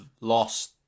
lost